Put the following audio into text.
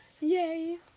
Yay